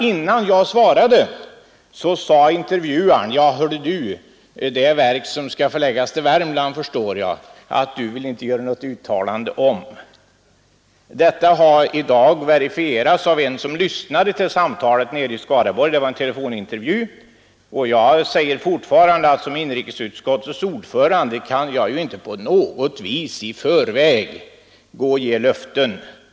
Innan jag svarade sade intervjuaren: Hör du, jag förstår att du inte vill göra något uttalande om det verk som skall förläggas till Värmland. Detta har i dag verifierats av en som lyssnade till samtalet nere i Skaraborgs län — det var en telefonintervju. Och jag säger fortfarande att som inrikesutskottets ordförande kan jag ju inte på något vis i förväg ge löften.